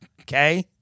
Okay